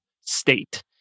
state